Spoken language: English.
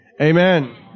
Amen